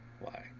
why,